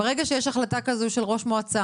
מי מפצה בגין החלטה כזו של ראש מועצה?